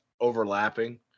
overlapping